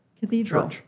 Cathedral